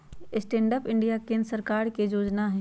stand up India केंद्र सरकार के जोजना हइ